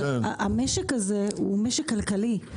המשק הזה הוא משק כלכלי.